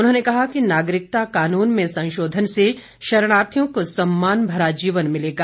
उन्होंने कहा कि नागरिकता कानून में संशोधन से शर्णार्थियों को सम्मान भरा जीवन मिलेगा